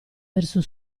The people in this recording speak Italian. verso